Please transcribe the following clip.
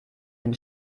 den